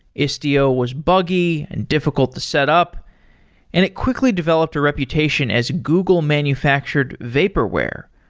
istio was buggy and difficult to set up. and it quickly developed a reputation as google manufactured vaporware.